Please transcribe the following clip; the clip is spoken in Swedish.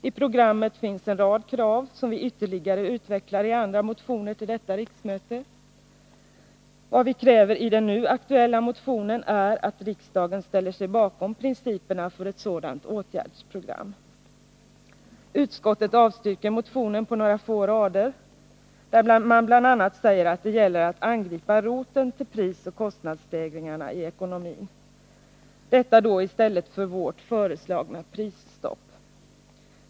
I programmet finns en rad krav, som vi ytterligare utvecklar i andra motioner till detta riksmöte. Vad vi kräver i den nu aktuella motionen är att riksdagen ställer sig bakom principerna för ett sådant åtgärdsprogram. Utskottet avstyrker motionen på några få rader, där man bl.a. säger att det gäller att angripa roten till prisoch kostnadsstegringarna i ekonomin — detta i stället för vårt föreslagna prisstopp.